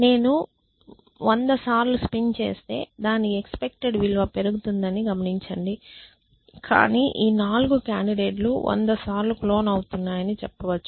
నేను 100 సార్లు స్పిన్ చేస్తే దాని ఎక్స్పెక్టెడ్ విలువ పెరుగుతుందని గమనించండి కానీ ఈ 4 కాండిడేట్ లు 100 సార్లు క్లోన్ అవుతున్నాయని చెప్పవచ్చు